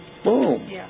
Boom